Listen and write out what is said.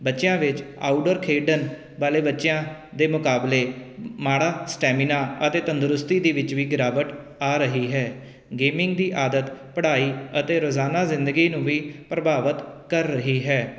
ਬੱਚਿਆਂ ਵਿੱਚ ਆਊਟਡੋਰ ਖੇਡਣ ਵਾਲੇ ਬੱਚਿਆਂ ਦੇ ਮੁਕਾਬਲੇ ਮਾੜਾ ਸਟੈਮਿਨਾ ਅਤੇ ਤੰਦਰੁਸਤੀ ਦੇ ਵਿੱਚ ਵੀ ਗਿਰਾਵਟ ਆ ਰਹੀ ਹੈ ਗੇਮਿੰਗ ਦੀ ਆਦਤ ਪੜ੍ਹਾਈ ਅਤੇ ਰੋਜ਼ਾਨਾ ਜ਼ਿੰਦਗੀ ਨੂੰ ਵੀ ਪ੍ਰਭਾਵਿਤ ਕਰ ਰਹੀ ਹੈ